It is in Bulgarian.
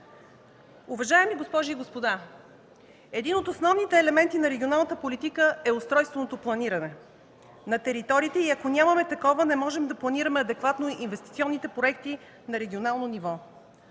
Уважаеми госпожи и господа, един от основните елементи на регионалната политика е устройственото планиране на териториите и ако нямаме такова не можем да планираме адекватно инвестиционните проекти на регионално ниво.